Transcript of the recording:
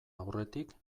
aurretik